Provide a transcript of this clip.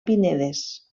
pinedes